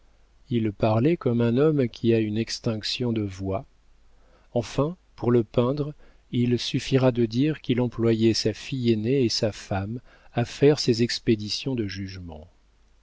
il parlait comme un homme qui a une extinction de voix enfin pour le peindre il suffira de dire qu'il employait sa fille aînée et sa femme à faire ses expéditions de jugements